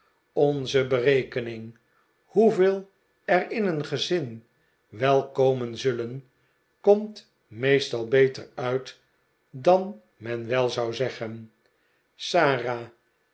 onze berekening hoeveel er maarten chuzzlewit m in een gezin wel komen zullen komt meestal beter uit dan men wel zou zeggen sara